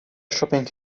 shopping